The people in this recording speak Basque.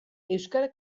euskara